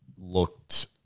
looked